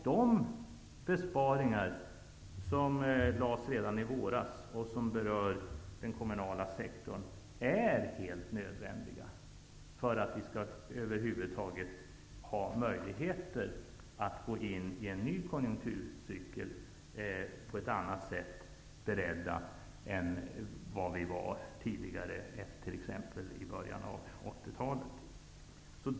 De besparingar som beslutades redan i våras och som berör den kommunala sektorn är helt nödvändiga för att vi över huvud taget skall kunna ha möjligheter att gå in i en ny konjunkturcykel, beredda på ett helt annat sätt än vi var i början av 80-talet.